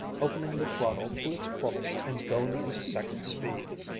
opening the throttle to its fullest and going into second speed.